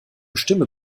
stimme